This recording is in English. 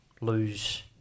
lose